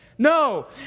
No